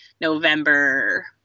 November